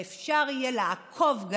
ואפשר יהיה גם לעקוב,